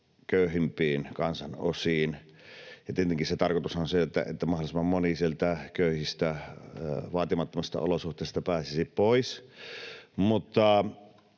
köyhimpiin kansanosiin. Tietenkin se tarkoitus on se, että mahdollisimman moni sieltä köyhistä, vaatimattomista olosuhteista pääsisi pois.